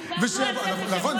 דיברנו על זה בשבוע שעבר, נכון.